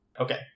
Okay